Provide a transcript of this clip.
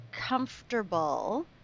comfortable